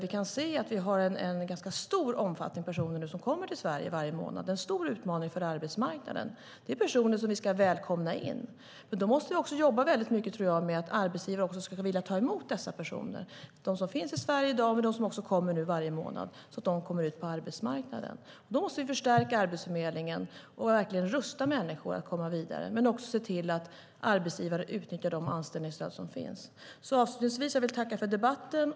Vi kan se att vi har en ganska stor omfattning av personer som kommer till Sverige varje månad. Det är en stor utmaning för arbetsmarknaden. Det är personer som vi ska välkomna in. Men då måste vi också jobba väldigt mycket, tror jag, med att arbetsgivare också ska vilja ta emot dessa personer, de som finns i Sverige i dag men också de som kommer nu varje månad, så att de kommer ut på arbetsmarknaden. Då måste vi förstärka Arbetsförmedlingen och verkligen rusta människor att komma vidare men också se till att arbetsgivare utnyttjar de anställningsstöd som finns. Avslutningsvis vill jag tacka för debatten.